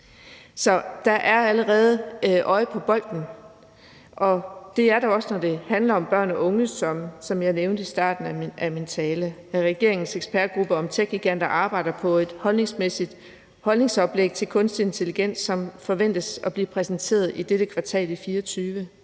Så der er allerede øjne på bolden, og det er der også, når det handler om børn og unge, som jeg nævnte i starten af min tale. Regeringens ekspertgruppe om techgiganter arbejder på et holdningsoplæg til kunstig intelligens, som forventes at blive præsenteret i dette kvartal af 2024,